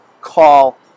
call